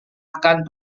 akan